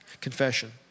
Confession